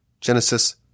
Genesis